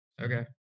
Okay